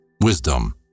wisdom